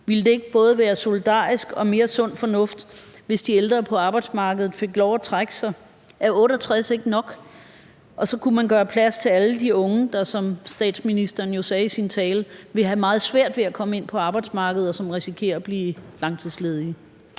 Ville det ikke både være solidarisk og mere sund fornuft, hvis de ældre på arbejdsmarkedet fik lov at trække sig? Er 68 år ikke nok? Så kunne man gøre plads til alle de unge, der, som statsministeren jo sagde i sin tale, vil have meget svært ved at komme ind på arbejdsmarkedet, og som risikerer at blive langtidsledige.